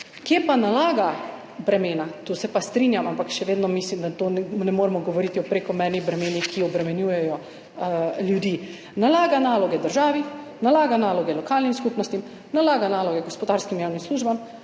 Kje pa nalaga bremena? Tu se pa strinjam, ampak še vedno mislim, da to ne moremo govoriti o prekomernih bremenih, ki obremenjujejo ljudi. Nalaga naloge državi, nalaga naloge lokalnim skupnostim, nalaga naloge gospodarskim javnim službam,